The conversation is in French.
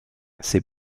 ses